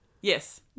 Yes